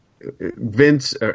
Vince